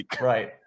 right